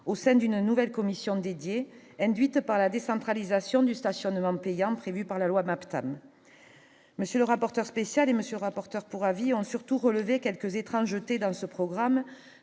au sein d'une nouvelle commission dédiée induite par la décentralisation du stationnement payant prévue par la loi mais apte à monsieur le rapporteur spécial et monsieur rapporteur pour avis ont surtout relevé quelques étrange dans ce programme,